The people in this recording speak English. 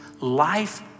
Life